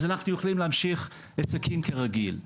אז אנחנו יכולים להמשיך עסקים כרגיל,